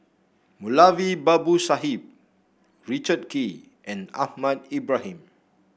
Moulavi Babu Sahib Richard Kee and Ahmad Ibrahim